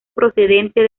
procedente